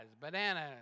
bananas